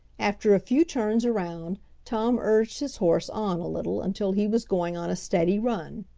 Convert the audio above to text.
after a few turns around tom urged his horse on a little until he was going on a steady run.